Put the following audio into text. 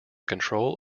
control